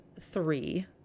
three